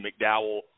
McDowell